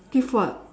give what